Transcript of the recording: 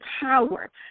power